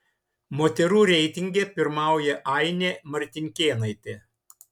moterų reitinge pirmauja ainė martinkėnaitė